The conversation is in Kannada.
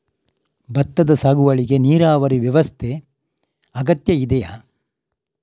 ಭತ್ತದ ಸಾಗುವಳಿಗೆ ನೀರಾವರಿ ವ್ಯವಸ್ಥೆ ಅಗತ್ಯ ಇದೆಯಾ?